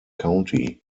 county